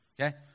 Okay